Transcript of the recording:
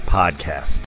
podcast